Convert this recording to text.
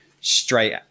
straight